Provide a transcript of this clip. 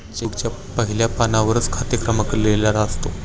check बुकच्या पहिल्या पानावरच खाते क्रमांक लिहिलेला असेल